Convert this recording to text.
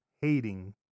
hating